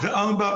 מטרה נוספת,